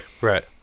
Right